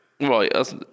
Right